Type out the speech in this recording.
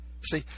see